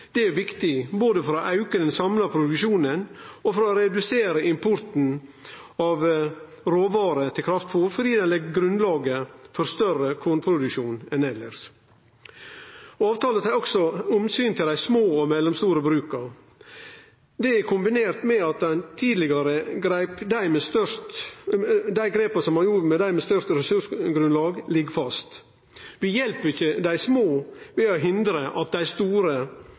Det er viktig både for å auke den samla produksjonen og for å redusere importen av råvarer til kraftfôr, fordi det legg grunnlaget for større kornproduksjon enn elles. Avtala tar også omsyn til dei små og mellomstore bruka, kombinert med at dei grepa som ein gjorde med omsyn til dei med størst ressursgrunnlag, ligg fast. Vi hjelper ikkje dei små ved å hindre at dei store